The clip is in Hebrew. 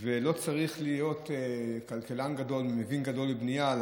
לא צריך להיות כלכלן גדול ומבין גדול בבנייה כדי